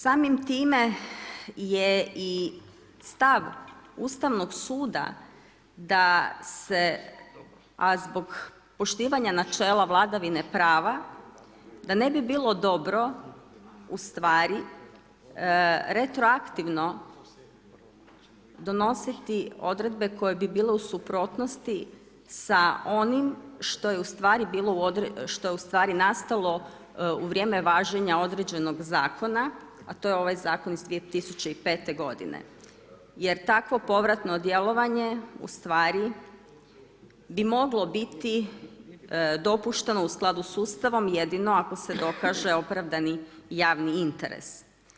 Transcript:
Samim time je i stav Ustavnog suda da se, a zbog poštivanja načela vladavine prava, da ne bi bilo dobro retroaktivno donositi odredbe koje bi bile u suprotnosti sa onim što je bilo nastalo u vrijeme važenja određenog zakona, a to je ovaj zakon iz 2005. godine jer takvo povratno djelovanje bi moglo biti dopušteno u skladu s Ustavom jedino ako se dokaže opravdani javni interes.